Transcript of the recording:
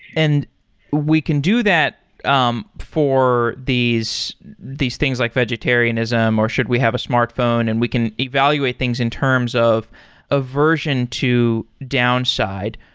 and we can do that um for these these things, like vegetarianism, or should we have a smartphone, and we can evaluate things in terms of aversion to downside.